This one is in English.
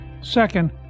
Second